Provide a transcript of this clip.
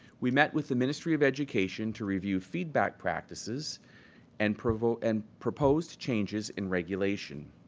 we met with the ministry of education to review feedback practises and proposed and proposed changes in regulation.